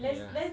ya